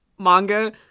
Manga